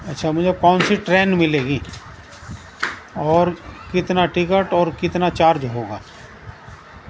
اچھا مجھے کون سی ٹرین ملے گی اور کتنا ٹکٹ اور کتنا چارج ہوگا